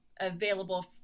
available